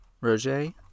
roger